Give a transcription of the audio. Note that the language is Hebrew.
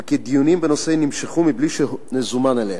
כי דיונים בנושא נמשכו בלי שזומן אליהם.